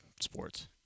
sports